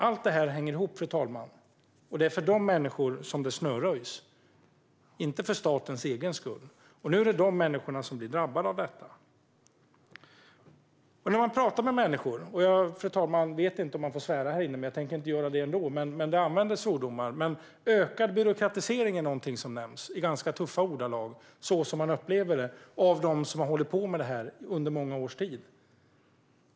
Allt det här hänger ihop, fru talman, och det är för de här människorna som det snöröjs, inte för statens egen skull, och nu är det de människorna som blir drabbade av detta. Fru talman! Jag vet inte om man får svära här inne, och jag tänker inte göra det, men det används svordomar när man pratar med människor om det här. Ökad byråkratisering är någonting som nämns i ganska tuffa ordalag av dem som har hållit på med det här under många års tid.